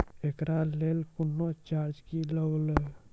एकरा लेल कुनो चार्ज भी लागैये?